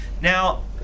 Now